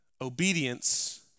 obedience